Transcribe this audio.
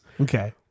okay